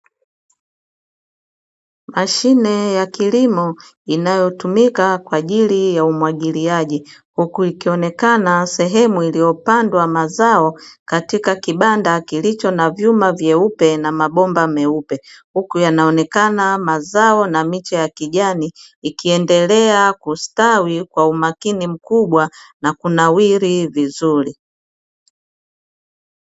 Mashine ya kilimo inayotumika kwa ajili ya umwagiliaji huku ikionekana sehemu iliyopandwa mazao katika kibanda kilicho na vyeupe na mabomba meupe. Huku yanaonekana mazao na miche ya kijani ikiendelea kustawi kwa umakini mkubwa na kunawiri vizuri.